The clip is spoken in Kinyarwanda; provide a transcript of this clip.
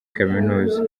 kaminuza